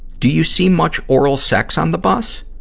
do you see much oral sex on the bus?